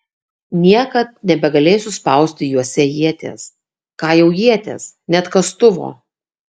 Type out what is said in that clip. niekad nebegalėsiu spausti juose ieties ką jau ieties net kastuvo